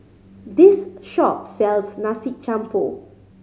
this shop sells Nasi Campur